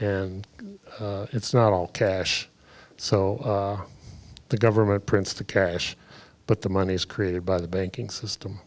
and it's not all cash so the government prints the cash but the money is created by the banking system